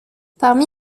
parmi